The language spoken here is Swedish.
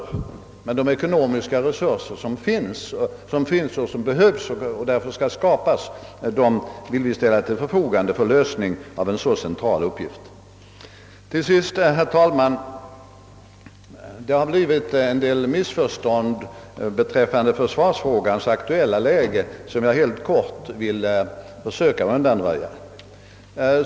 Men de ekonomiska resurserna som behövs och därför skall skapas vill vi ställa till förfogande för lösning av en så central uppgift som den här berörda. Herr talman! Det har uppstått vissa missförstånd beträffande försvarsfrågans aktuella läge vilka jag helt kort vill söka undanröja.